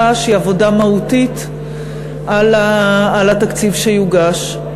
שהיא עבודה מהותית על התקציב שיוגש.